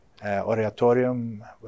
oratorium